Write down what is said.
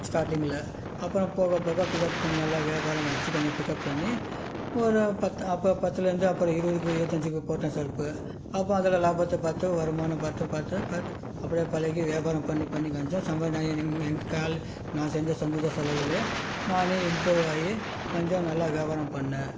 ஸ்டார்டிங்கில் அப்புறம் போகப் போக இது நல்ல வியாபாரம் ஆயிடிச்சு கொஞ்சம் பிக்அப் பண்ணி ஒரு பத்து அப்போ பத்துலேருந்து அப்புறம் இருபதுக்கு இருபன்தஞ்சிக்கு போட்டேன் செருப்பு அப்போ அதில் லாபத்தை பார்த்து வருமானம் பார்த்து பார்த்து பார்த்து அப்படியே பழகி வியாபாரம் பண்ணிப் பண்ணி கொஞ்சம் எங்கள் நான் செஞ்ச சொந்த செலவுலேயே நானே இம்ப்ரூவ் ஆகி கொஞ்சம் நல்லா வியாபாரம் பண்ணிணேன்